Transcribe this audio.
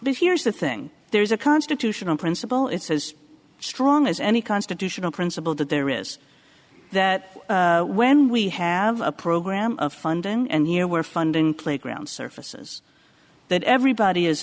this here's the thing there's a constitutional principle it's as strong as any constitutional principle that there is that when we have a program of funding and you know where funding playground surfaces that everybody is